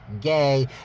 Gay